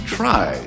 try